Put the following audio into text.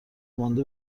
مانده